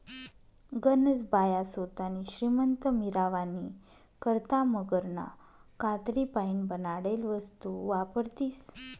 गनज बाया सोतानी श्रीमंती मिरावानी करता मगरना कातडीपाईन बनाडेल वस्तू वापरतीस